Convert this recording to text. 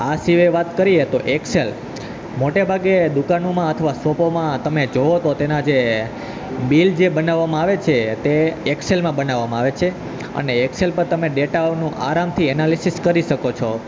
આ સિવાય વાત કરીએ તો એક્સેલ મોટે ભાગે દુકાનોમાં અથવા શોપોમાં તમે જોવો તો તેના જે બિલ જે બનાવવામાં આવે છે તે એક્સેલમાં બનાવવામાં આવે છે અને એક્સેલ પર તમે ડેટાઓનું આરામથી એનાલિસિસ કરી શકો છો